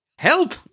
Help